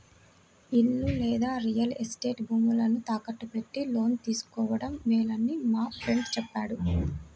ఇల్లు లేదా real estate భూములను తాకట్టు పెట్టి లోను తీసుకోడం మేలని మా ఫ్రెండు చెప్పాడు